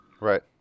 Right